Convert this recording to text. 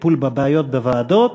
טיפול בבעיות בוועדות,